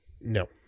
No